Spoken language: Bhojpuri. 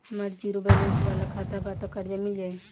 हमार ज़ीरो बैलेंस वाला खाता बा त कर्जा मिल जायी?